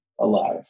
alive